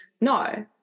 no